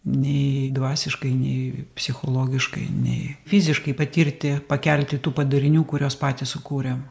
nei dvasiškai nei psichologiškai nei fiziškai patirti pakelti tų padarinių kuriuos patys sukūrėm